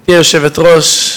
גברתי היושבת-ראש,